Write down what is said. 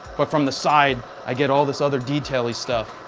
but from the side i get all this other detail stuff.